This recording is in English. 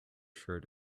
shirt